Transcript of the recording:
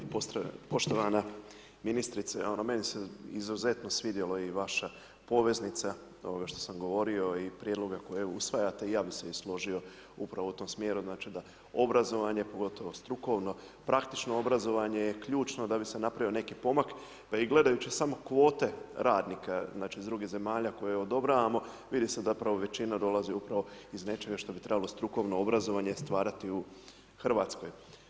Poštovana ministrice, meni se izuzetno svidjelo i vaša poveznica ovoga što sam govorio i prijedloga koji usvajate, i ja bi se i složio upravo u tom smjeru, znači da obrazovanje pogotovo strukovno, praktično obrazovanje je ključno da bi se napravio neki pomak pa i gledajući samo kvote radnika iz drugih zemalja koje odobravamo, vidi se zapravo da većina dolazi upravo iz nečega što bi trebalo strukovno obrazovanje stvarati u Hrvatskoj.